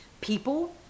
people